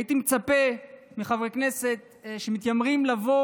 הייתי מצפה מחברי הכנסת שמתיימרים לבוא